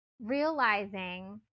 realizing